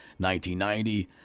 1990